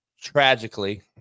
tragically